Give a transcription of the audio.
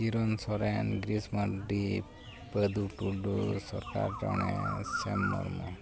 ᱪᱤᱨᱚᱱ ᱥᱚᱨᱮᱱ ᱜᱤᱨᱤᱥ ᱢᱟᱨᱰᱤ ᱯᱟᱹᱫᱩ ᱴᱩᱰᱩ ᱥᱚᱨᱠᱟᱨ ᱪᱚᱬᱮ ᱥᱮᱢ ᱢᱩᱨᱢᱩ